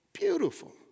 beautiful